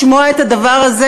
לשמוע את הדבר הזה,